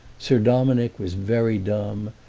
sir dominick was very dumb,